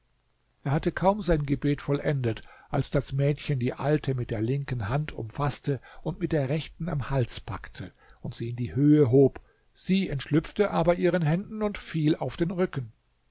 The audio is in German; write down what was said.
er hatte kaum sein gebet vollendet als das mädchen die alte mit der linken hand umfaßte und mit der rechten am hals packte und sie in die höhe hob sie entschlüpfte aber ihren händen und fiel auf den rücken